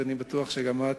אני בטוח שגם את